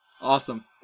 Awesome